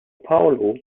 paulo